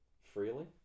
freely